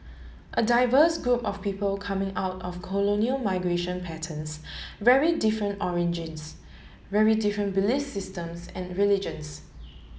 a diverse group of people coming out of colonial migration patterns very different origins very different belief systems and religions